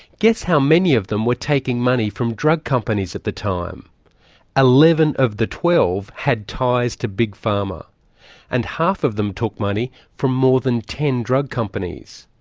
guess how many of them were taking money from drug companies at the time eleven of the twelve had ties to big pharma and half of them took money from more than ten drug companies.